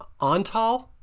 Antal